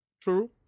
True